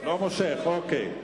לא מושך, אוקיי,